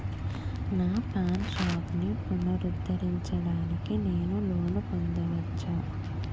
నా పాన్ షాప్ని పునరుద్ధరించడానికి నేను లోన్ పొందవచ్చా?